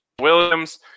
Williams